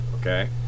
okay